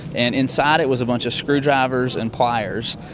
and inside it was a bunch of screwdrivers and pliers.